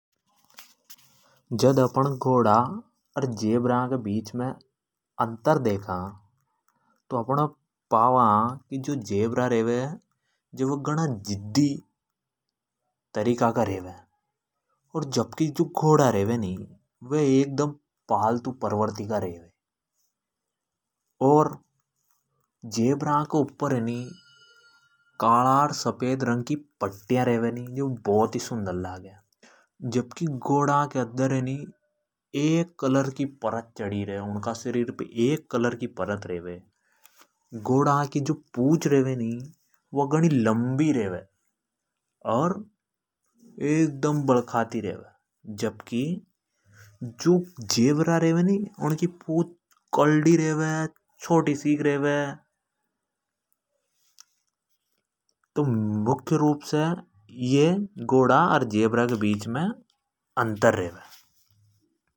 जद अपण घोड़ा र जेब्रा क बीच अंतर देखा तो अपण पावा। की जो जेब्रा रेवे वे गण जिद्दी तरीका का रेवे और जबकि जो घोड़ा रेवे नि व एकदम पालतु प्रवर्ती का रेवे। और जेब्रा के उपपर है नि जो काला र सफेद रंग की पट्टया रेवे नि जो बहुत ही सुंदर लागे। जबकि घोड़ा के अददर है नि एक रंग की परत चडी रेवे। अर घोड़ा की जो पूछ रेवे नि जो लम्बी रेवे और एकदम बलखाती रेवे। जबकि जो जेब्रा रेवे नि उनकी पूछ कलडी रेवे छोटी सिक् रेवे। तो मुख्य रूप से घोड़ा रे जेब्रा के बीच मे अंतर रेवे।